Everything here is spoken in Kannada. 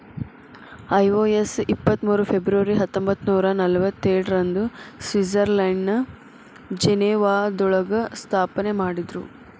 ಐ.ಒ.ಎಸ್ ಇಪ್ಪತ್ ಮೂರು ಫೆಬ್ರವರಿ ಹತ್ತೊಂಬತ್ನೂರಾ ನಲ್ವತ್ತೇಳ ರಂದು ಸ್ವಿಟ್ಜರ್ಲೆಂಡ್ನ ಜಿನೇವಾದೊಳಗ ಸ್ಥಾಪನೆಮಾಡಿದ್ರು